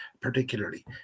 particularly